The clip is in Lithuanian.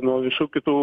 nuo visų kitų